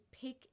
pick